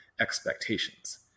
expectations